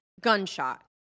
gunshot